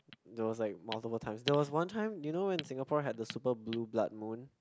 there was like multiple times there was one time you know when Singapore had the super blue blood moon